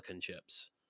chips